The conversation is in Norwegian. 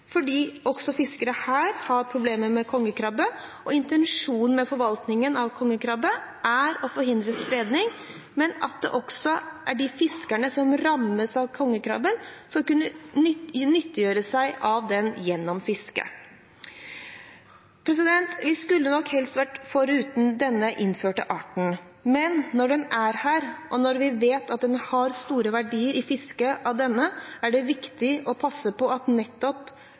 fordi også fiskere her har problemer med kongekrabben. Intensjonen med forvaltningen av kongekrabben er å forhindre spredning, men også at de fiskerne som rammes av kongekrabben, skal kunne nyttiggjøre seg den gjennom dette fisket. Vi skulle nok helst vært foruten denne innførte arten, men når den er her, og når vi vet at det er store verdier i fisket av denne, er det viktig å passe på at nettopp